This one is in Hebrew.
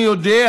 אני יודע,